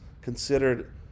considered